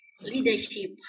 Leadership